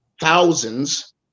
thousands